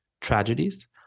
tragedies